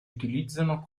utilizzano